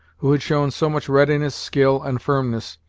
who had shown so much readiness, skill, and firmness,